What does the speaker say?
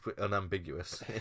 unambiguous